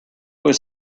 was